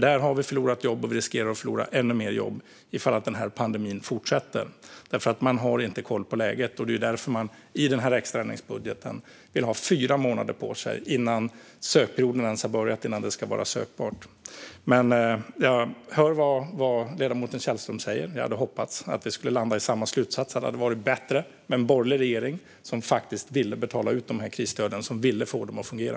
Där har vi förlorat jobb och riskerar att förlora ännu mer jobb ifall pandemin fortsätter. Man har inte koll på läget. Det är därför man i den här extraändringsbudgeten vill ha fyra månader på sig innan sökperioden ens har börjat tills det ska vara sökbart. Jag hör vad ledamoten Källström säger. Jag hade hoppats att vi skulle ha landat i samma slutsats. Det hade varit bättre med en borgerlig regering som ville betala ut krisstöden och ville få dem att fungera.